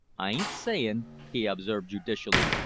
i ain't sayin', he observed judicially,